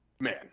man